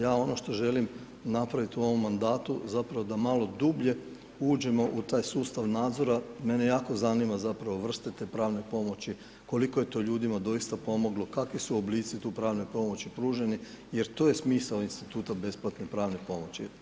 Ja ono što želim napravit u ovom mandatu, zapravo da malo dublje uđemo u taj sustav nadzora, mene jako zanima zapravo vrste te pravne pomoći, koliko je to ljudima doista pomoglo, kakvi su oblici tu pravne pomoći pruženi jer to je smisao instituta besplatne pravne pomoći.